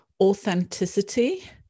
authenticity